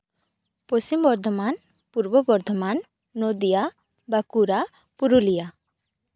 Paschim Bardhaman Purba Bardhaman Nadia Bankura Purulia